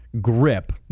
grip